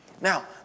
Now